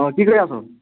অঁ কি কৰি আছ